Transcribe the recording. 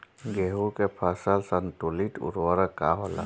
गेहूं के फसल संतुलित उर्वरक का होला?